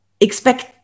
expect